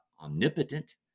omnipotent